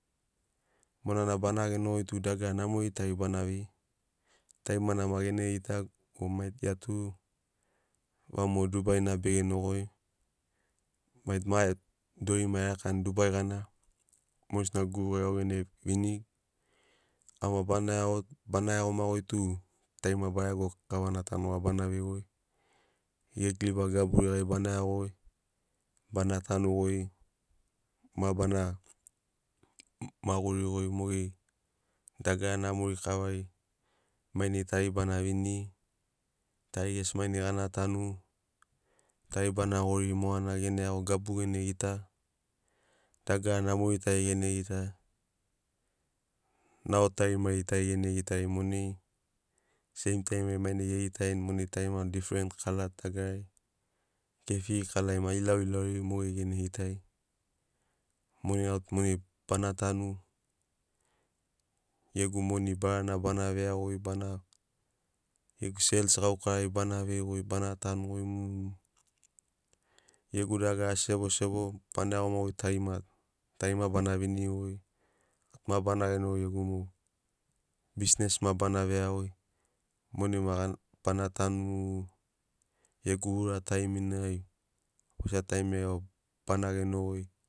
Monana bana genogi tu dagara namori tari bana vei tarimana maki gene gitagu o mai gia tu vau mogo dubai na begeno goi matu ma dori ma erakani dubai gana mogesina gurugari au gene vinigu au maki bana iagoma goitu tarima baregogu kavana ta noga bana vei goi. Gegu liba gaburi gana bana iago goi, bana tanu goi ma bana maguri goi mogeri dagara namori kavari mainai tari bana viniri, tari gesi mainai gana tanu, tari bana goriri mogana gene iago gabu gene gita dagara namori tari gene gita nao tarimari tari gene gitari monai seim tarimari mainai gegitarini monai tarima tu different kala dagarari kefiri kalari maki ilauilauri mogeri gene gitari monai au tu monai bana tanu gegu moni barana bana veia goi bana gegu seils gaukarari bana vei goi bana tanu goi mu, gegu dagara asi sebosebo bana iagoma goi tari ma tari ma bana viniri goi ma bana genogoi gegu mo bisnes ma bana veia goi monai bana tanu mu. Gegu ura taiminai mogesna taimirii ai vau bana geno goi.